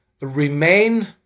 remain